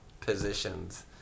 positions